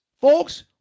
folks